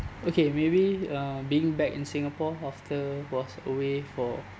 okay maybe uh being back in singapore after was away for